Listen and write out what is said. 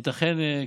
ייתכן,